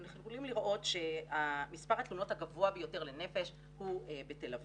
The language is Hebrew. אנחנו יכולים לראות שמספר התלונות הגבוה ביותר לנפש הוא בתל אביב,